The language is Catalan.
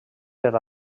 per